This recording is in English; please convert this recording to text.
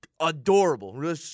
Adorable